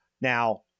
Now